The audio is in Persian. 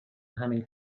همین